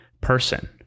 person